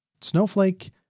Snowflake